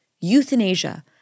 Euthanasia